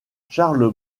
charles